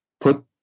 put